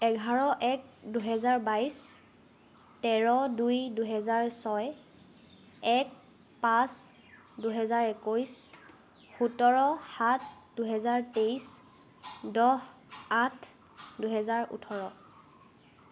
এঘাৰ এক দুহেজাৰ বাইছ তেৰ দুই দুহেজাৰ ছয় এক পাঁচ দুহেজাৰ একৈছ সোতৰ সাত দুহেজাৰ তেইছ দহ আঠ দুহেজাৰ ওঁঠৰ